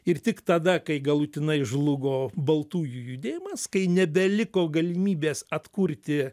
ir tik tada kai galutinai žlugo baltųjų judėjimas kai nebeliko galimybės atkurti